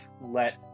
Let